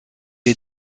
est